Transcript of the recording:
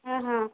ಆಂ ಹಾಂ